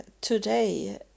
today